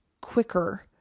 quicker